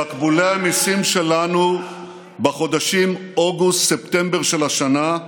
תקבולי המיסים שלנו בחודשים אוגוסט-ספטמבר של השנה,